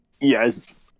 Yes